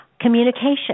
communication